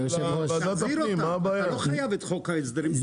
אפשר להחזיר אותם בוועדת הפנים.